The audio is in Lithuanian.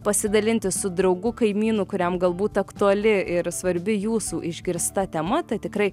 pasidalinti su draugu kaimynu kuriam galbūt aktuali ir svarbi jūsų išgirsta tema tai tikrai